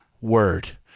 word